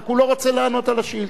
רק הוא לא רוצה לענות על השאילתות.